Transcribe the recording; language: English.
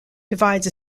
divides